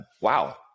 wow